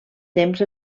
temps